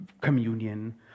communion